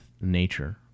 nature